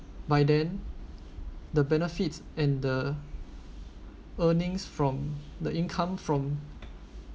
by then the benefits and the earnings from the income from